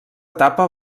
etapa